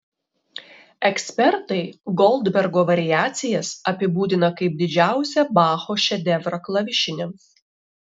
ekspertai goldbergo variacijas apibūdina kaip didžiausią bacho šedevrą klavišiniams